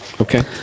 Okay